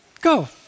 Go